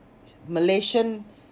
malaysian